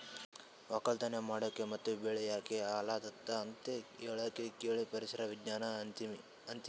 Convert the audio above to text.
ವಕ್ಕಲತನ್ ಮಾಡಕ್ ಮತ್ತ್ ಬೆಳಿ ಯಾಕ್ ಹಾಳಾದತ್ ಅಂತ್ ಹೇಳಾಕ್ ಕಳಿ ಪರಿಸರ್ ವಿಜ್ಞಾನ್ ಅಂತೀವಿ